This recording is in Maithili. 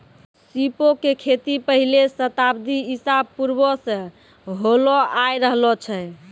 सीपो के खेती पहिले शताब्दी ईसा पूर्वो से होलो आय रहलो छै